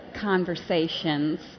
conversations